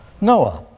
Noah